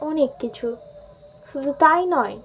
অনেক কিছু শুধু তাই নয়